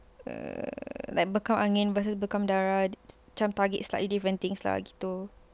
err like bekam angin versus bekam darah macam target slightly different things lah gitu